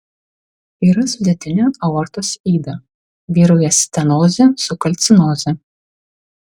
yra sudėtinė aortos yda vyrauja stenozė su kalcinoze